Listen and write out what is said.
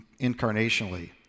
incarnationally